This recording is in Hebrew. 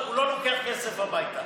הוא לא לוקח כסף הביתה.